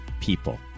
people